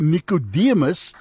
Nicodemus